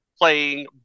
playing